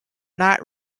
not